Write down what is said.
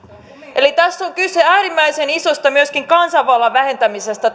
eli tässä hallituksen uudistusesityksessä on kyse myöskin äärimmäisen isosta kansanvallan vähentämisestä